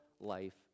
life